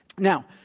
now,